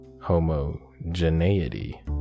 homogeneity